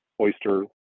oyster